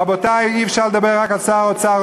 רבותי, אי-אפשר לדבר רק על שר האוצר.